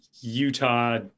utah